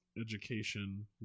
education